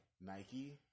Nike